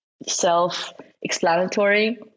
self-explanatory